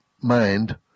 mind